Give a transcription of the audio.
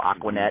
Aquanet